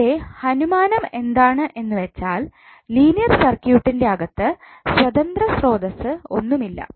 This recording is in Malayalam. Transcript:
ഇവിടെ അനുമാനം എന്താണെന്ന് വെച്ചാൽ ലീനിയർ സർക്യൂട്ടിന്റെ അകത്ത് സ്വതന്ത്ര സ്രോതസ്സ് ഒന്നുമില്ല